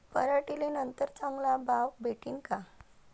पराटीले नंतर चांगला भाव भेटीन का?